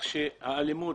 האלימות,